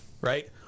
right